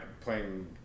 playing